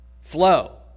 flow